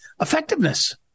effectiveness